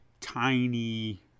tiny